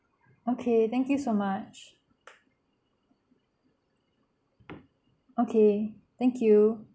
okay thank you so much okay thank you